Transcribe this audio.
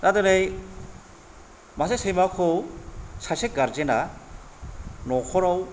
दा दिनै मासे सैमाखौ सासे गारजेना न'खराव